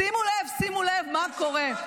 שימו לב, שימו לב מה קורה -- קריאה: